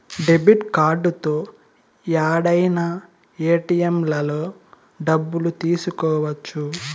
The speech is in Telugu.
డెబిట్ కార్డుతో యాడైనా ఏటిఎంలలో డబ్బులు తీసుకోవచ్చు